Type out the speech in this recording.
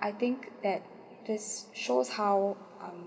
I think that this shows how um